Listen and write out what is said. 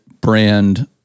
brand